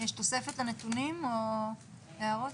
יש תוספת לנתונים או הערות?